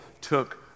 took